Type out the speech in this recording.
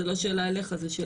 זו לא שאלה אליך.